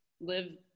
live